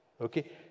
Okay